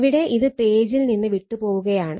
ഇവിടെ ഇത് പേജിൽ നിന്ന് വിട്ട് പോവുകയാണ്